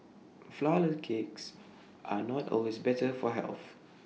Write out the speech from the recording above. Flourless Cakes are not always better for health